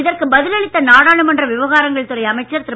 இதற்கு பதில் அளித்த நாடாமன்ற விவகாரங்கள் துறை அமைச்சர் திரு